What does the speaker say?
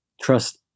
trust